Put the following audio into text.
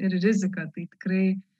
ir riziką tai tikrai